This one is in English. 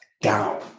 down